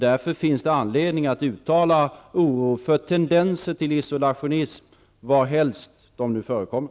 Därför finns det anledning att uttala oro för tendenser till isolationism varhelst de förekommer.